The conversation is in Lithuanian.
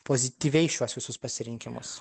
pozityviai šiuos visus pasirinkimus